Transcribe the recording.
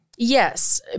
Yes